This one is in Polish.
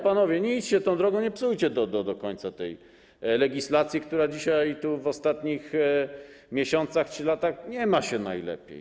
Panowie, nie idźcie tą drogą, nie psujcie do końca tej legislacji, która tu w ostatnich miesiącach czy latach nie ma się najlepiej.